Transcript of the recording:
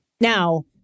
Now